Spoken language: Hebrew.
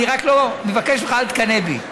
אני רק מבקש ממך, אל תקנא בי.